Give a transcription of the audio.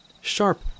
sharp